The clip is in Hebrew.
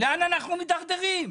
לאן אנחנו מידרדרים?